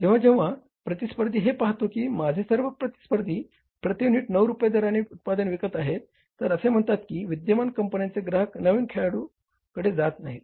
जेव्हा जेव्हा प्रतिस्पर्धी हे पाहतो की माझे सर्व प्रतिस्पर्धी प्रति युनिट 9 रुपये दराने उत्पादन विकत आहेत तर असे म्हणतात की विद्यमान कंपन्यांचे ग्राहक नवीन व्यापारीकडे जात नाहीत